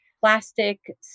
plastic